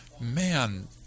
man